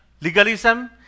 legalism